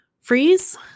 freeze